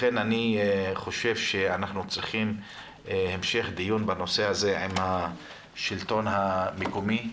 לכן אני חושב שאנחנו צריכים המשך דיון בנושא הזה עם השלטון המקומי.